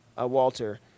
Walter